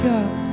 God